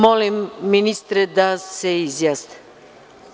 Molim ministra da se izjasni.